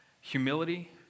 Humility